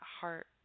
heart